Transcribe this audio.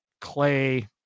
Clay